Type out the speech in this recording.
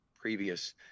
previous